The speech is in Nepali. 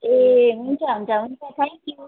ए हुन्छ हुन्छ हुन्छ थ्याङ्क्यु